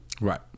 right